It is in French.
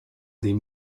des